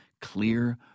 clear